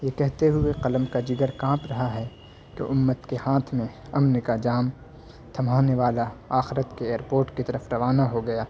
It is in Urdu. یہ کہتے ہوئے قلم کا جگر کانپ رہا ہے کہ امت کے ہاتھ میں امن کا جام تھمانے والا آخرت کے ایئرپورٹ کی طرف روانہ ہوگیا